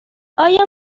آیا